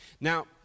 Now